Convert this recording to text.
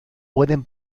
pueden